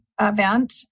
event